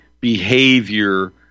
behavior